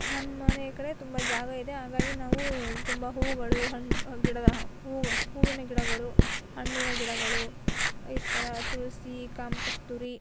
ನಮ್ಮನೆಯ ಕಡೆ ತುಂಬ ಜಾಗ ಇದೆ ಹಾಗಾಗಿ ನಾವು ತುಂಬ ಹೂವುಗಳು ಹಣ್ಣು ಗಿಡದ ಹೂವು ಹೂವಿನ ಗಿಡಗಳು ಹಣ್ಣಿನ ಗಿಡಗಳು ಈ ಥರ ತುಳಸಿ ಕಾಮ ಕಸ್ತೂರಿ